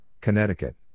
Connecticut